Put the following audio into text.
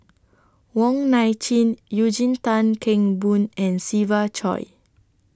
Wong Nai Chin Eugene Tan Kheng Boon and Siva Choy